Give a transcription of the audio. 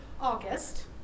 August